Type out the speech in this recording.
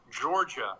Georgia